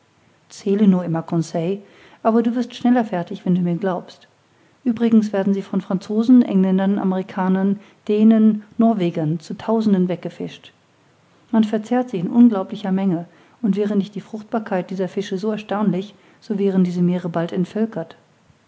zähle nur immer conseil aber du wirst schneller fertig wenn du mir glaubst uebrigens werden sie von franzosen engländern amerikanern dänen norwegern zu tausenden weggefischt man verzehrt sie in unglaublicher menge und wäre nicht die fruchtbarkeit dieser fische so erstaunlich so wären diese meere bald entvölkert